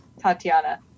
Tatiana